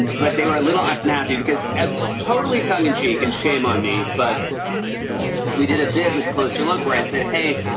but they were a little unhappy because totally tongue-in-cheek and shame on me, but we did a bit with closer look where i said, hey,